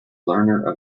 learner